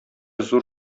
зур